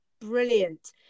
Brilliant